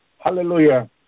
Hallelujah